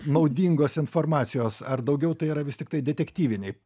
naudingos informacijos ar daugiau tai yra vis tiktai detektyviniai